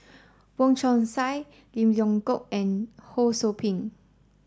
Wong Chong Sai Lim Leong Geok and Ho Sou Ping